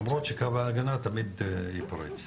למרות שקו ההגנה תמיד ייפרץ.